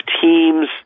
teams